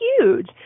huge